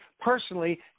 personally